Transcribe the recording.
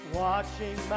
watching